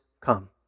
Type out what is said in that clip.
Come